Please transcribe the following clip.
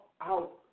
out